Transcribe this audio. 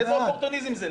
איזה אופורטוניזם זה,